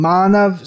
Manav